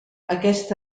aquest